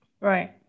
Right